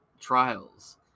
trials